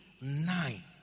nine